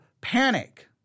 panic